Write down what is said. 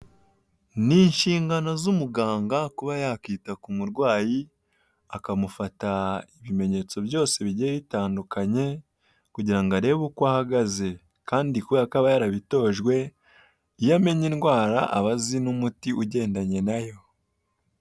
Ni inshingano z'umuganga kuba yakita ku murwayi akamufata ibimenyetso byose bigiye bitandukanye kugira ngo arebe uko ahagaze, kandi kubera ko aba yarabitojwe iyo amenye indwara aba azi n'umuti ugendanye nayo.